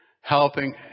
helping